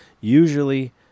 Usually